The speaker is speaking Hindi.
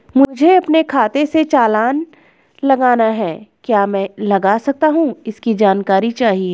मुझे अपने खाते से चालान लगाना है क्या मैं लगा सकता हूँ इसकी जानकारी चाहिए?